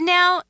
Now